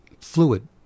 fluid